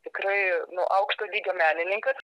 tikrai nu aukšto lygio menininkas